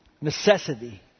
necessity